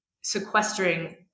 sequestering